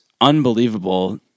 unbelievable